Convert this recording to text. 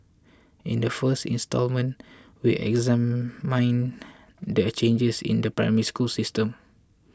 in the first instalment we examine the a changes in the Primary School system